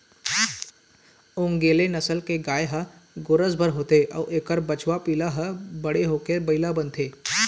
ओन्गेले नसल के गाय ह गोरस बर होथे अउ एखर बछवा पिला ह बड़े होके बइला बनथे